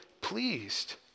pleased